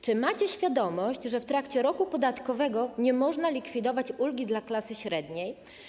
Czy macie świadomość, że w trakcie roku podatkowego nie można likwidować ulgi dla klasy średniej?